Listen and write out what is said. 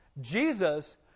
Jesus